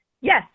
Yes